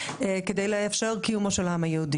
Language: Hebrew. כדי לאפשר את קיומו של העם היהודי.